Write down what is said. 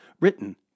written